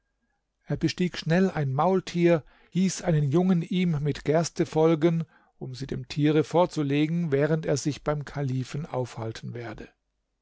er bestieg schnell ein maultier hieß einen jungen ihm mit gerste folgen um sie dem tiere vorzulegen während er sich beim kalifen aufhalten werde